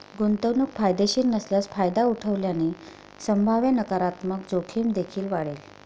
गुंतवणूक फायदेशीर नसल्यास फायदा उठवल्याने संभाव्य नकारात्मक जोखीम देखील वाढेल